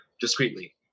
discreetly